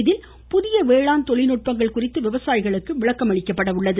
இதில் புதிய வேளாண் தொழில்நுட்பங்கள் குறித்து விவசாயிகளுக்கு விளக்கமளிக்கப்பட உள்ளது